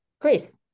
Grace